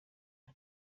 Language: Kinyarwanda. nta